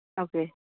okay